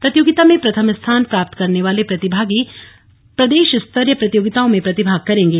प्रतियोगिता में प्रथम स्थान प्राप्त करने वाले प्रतिभागी प्रदेशस्तरीय प्रतियोगिता में प्रतिभाग करेंगे